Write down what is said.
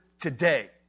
today